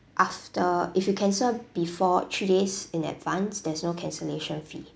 after if you cancel before three days in advance there's no cancellation fee